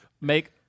make